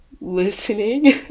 listening